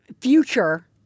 future